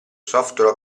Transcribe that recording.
software